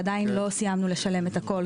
עדיין לא סימנו לשלם את הכול,